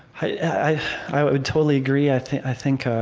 i i would totally agree. i think i think